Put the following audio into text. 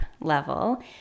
level